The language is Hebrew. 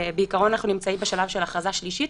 אנחנו נמצאים בשלב של הכרזה שלישית.